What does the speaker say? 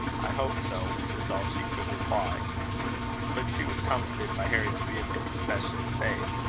i hope so, was all she could reply but she was comforted by harry's vehement confession of faith.